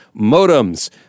modems